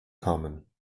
kamen